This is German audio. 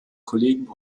kollegen